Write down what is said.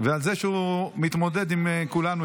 ועל זה שהוא מתמודד עם כולנו,